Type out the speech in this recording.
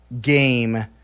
game